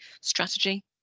strategy